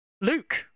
Luke